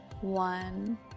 One